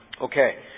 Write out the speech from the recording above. Okay